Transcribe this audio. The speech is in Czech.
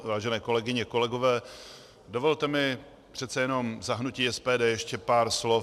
Vážené kolegyně, kolegové, dovolte mi přece jenom za hnutí SPD ještě pár slov k EET.